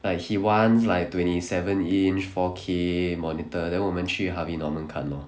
like he want like twenty seven inch four K monitor then 我们去 Harvey Norman 看 lor